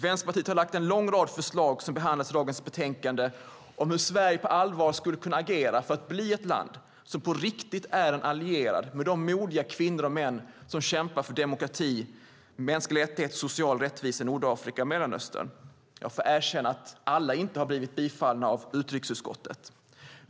Vänsterpartiet har lagt fram en lång rad förslag som behandlas i betänkandet om hur Sverige på allvar skulle kunna agera för att bli ett land som på riktigt är en allierad med de modiga kvinnor och män som kämpar för demokrati, mänskliga rättigheter och social rättvisa i Nordafrika och Mellanöstern. Jag får erkänna att alla förslag inte har blivit bifallna av utrikesutskottet.